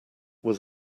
was